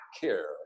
care